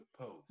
Post